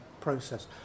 process